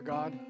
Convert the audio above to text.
God